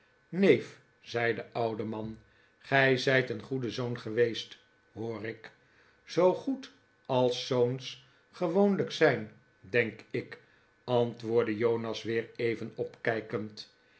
neef f zei de oude man gij zijt een goede zoon geweest hoor ik zoo goed als zoons gewoonlijk zijn denk ik antwoordde jonas weer even opkijkend